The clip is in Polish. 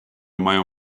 mają